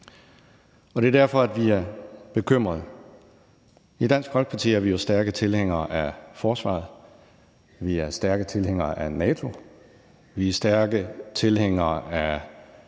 Og det er derfor, at vi er bekymrede. I Dansk Folkeparti er vi jo stærke tilhængere af forsvaret, vi er stærke tilhængere af NATO, vi er stærke tilhængere af